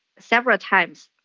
several times.